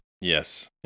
Yes